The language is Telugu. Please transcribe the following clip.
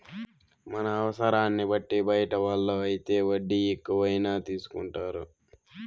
మన అవసరాన్ని బట్టి బయట వాళ్ళు అయితే వడ్డీ ఎక్కువైనా తీసుకుంటారు